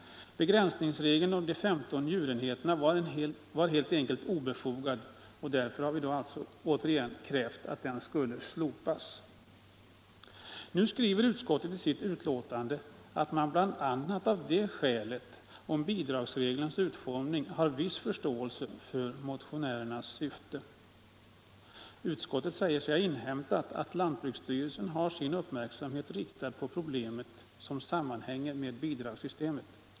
Begränsningsregeln om de 15 djurenheterna var helt enkelt obefogad, och därför har vi återigen krävt att den skulle slopas. Nu skriver utskottet i sitt betänkande, att man bl.a. på grund av bidragsreglernas utformning har viss förståelse för motionärernas syfte. Utskottet säger sig ha inhämtat att lantbruksstyrelsen har sin uppmärksamhet riktad på problem som sammanhänger med bidragssystemet.